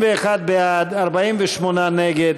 61 בעד, 48 נגד,